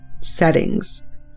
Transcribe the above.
settings